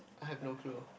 I have no clue